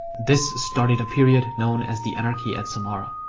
this started a period known as the anarchy at samarra.